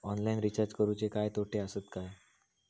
Online recharge करुचे काय तोटे आसत काय?